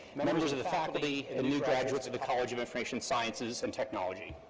but members of the faculty, and new graduates of the college of information sciences and technology.